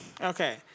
Okay